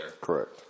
Correct